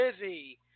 busy